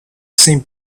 same